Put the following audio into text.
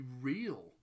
real